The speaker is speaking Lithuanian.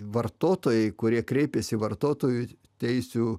vartotojai kurie kreipėsi į vartotojų teisių